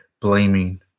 blaming